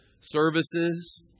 services